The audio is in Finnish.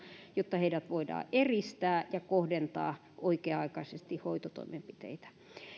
jotta heidät voidaan eristää ja kohdentaa oikea aikaisesti hoitotoimenpiteitä